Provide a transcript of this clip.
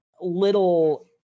little